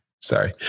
Sorry